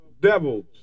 devils